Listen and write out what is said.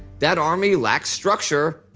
that army lacks structure,